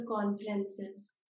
conferences